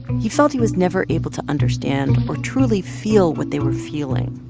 he felt he was never able to understand or truly feel what they were feeling